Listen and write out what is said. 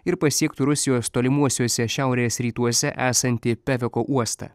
ir pasiektų rusijos tolimuosiuose šiaurės rytuose esantį peveko uostą